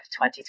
2020